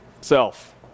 self